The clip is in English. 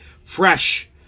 fresh